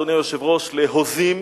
אדוני היושב-ראש: להוזים,